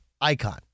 icon